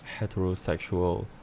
heterosexual